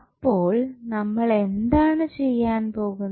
അപ്പോൾ നമ്മൾ എന്താണ് ചെയ്യാൻ പോകുന്നത്